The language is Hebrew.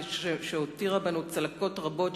שהותירה בנו צלקות רבות,